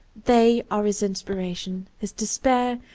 they are his inspiration, his despair,